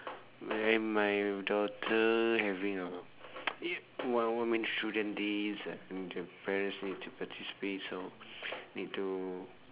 when my daughter having a children days uh and the parents need to participate so need to